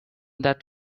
that